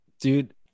dude